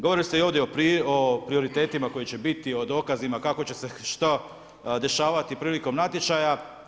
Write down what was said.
Govorili ste ovdje o prioritetima koji će biti, o dokazima kako će se što dešavati prilikom natječaja.